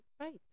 right